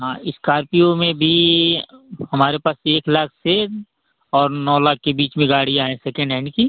हाँ इस्कार्पियो में भी हमारे पास एक लाख से और नौ लाख के बीच में गाड़ियाँ हैं सेकेंड हैंड की